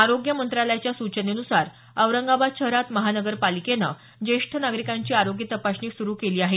आरोग्य मंत्रालयाच्या सूचनेनुसार औरंगाबाद शहरात महानगरपालिकेनं ज्येष्ठ नागरिकांची आरोग्य तपासणी सुरु केली आहे